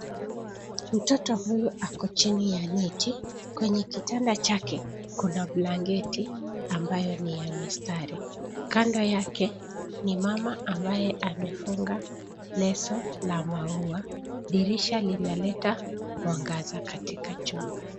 Mtoto huyu ako chini ya neti. Kwenye kitanda chake kuna blanketi ambayo ni ya mistari. Kando yake ni mama ambaye amefunga leso la maua. Dirisha linaleta mwangaza katika chumba.